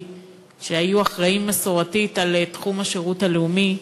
שהיו אחראים מסורתית לתחום השירות הלאומי,